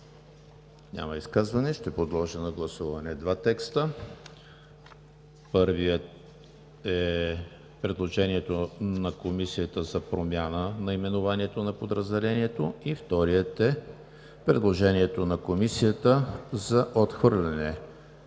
Няма. Ще подложа на гласуване два текста – първият е предложението на Комисията за промяна наименованието на подразделението, и вторият е предложението на Комисията за отхвърляне